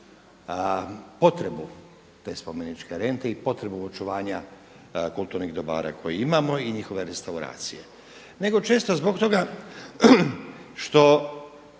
potrebu te spomeničke rente i potrebu očuvanja kulturnih dobara koje imamo i njihove restauracije, nego često zbog toga što